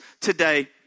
today